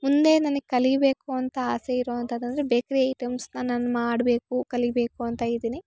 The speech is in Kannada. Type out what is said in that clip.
ಮುಂದೆ ನನಗ್ ಕಲಿಬೇಕು ಅಂತ ಆಸೆ ಇರೋವಂಥದ್ ಅಂದರೆ ಬೇಕ್ರಿ ಐಟಮ್ಸನ ನಾನು ಮಾಡಬೇಕು ಕಲಿಬೇಕು ಅಂತ ಇದೀನಿ